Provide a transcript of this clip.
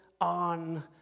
on